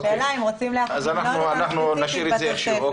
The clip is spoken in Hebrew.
אז אנחנו נשאיר את זה איך שהוא.